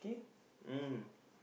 okay mm